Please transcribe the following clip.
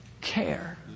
care